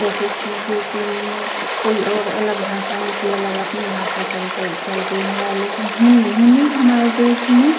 जैसेकि U P में कोई और अलग भाषा उनकी अलग अपनी भाषा चलती चलती है लेकिन हिंदी हिंदी हमारे देश में